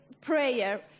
prayer